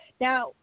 Now